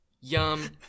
Yum